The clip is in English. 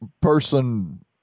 person